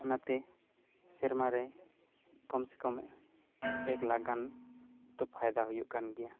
ᱚᱱᱟᱛᱮ ᱥᱮᱨᱢᱟᱨᱮ ᱠᱚᱢ ᱥᱮ ᱠᱚᱢ ᱮᱠ ᱞᱟᱠᱷ ᱜᱟᱱ ᱛᱚ ᱯᱷᱟᱭᱫᱟ ᱦᱩᱭᱩᱜ ᱠᱟᱱ ᱜᱮᱭᱟ